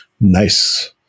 nice